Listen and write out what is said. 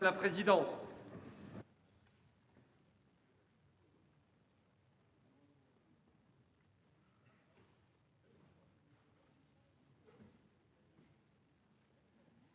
madame la présidente.